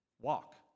Walk